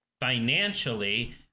financially